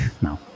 No